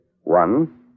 One